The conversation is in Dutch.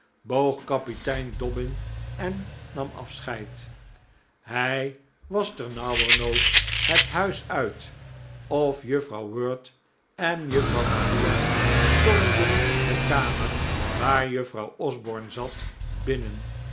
kapitein dobbin en nam afscheid hij was ternauwernood het huis uit of juffrouw wirt en juffrouw maria stormden de kamer waar juffrouw osborne zat binnen